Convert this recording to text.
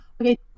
Okay